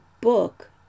book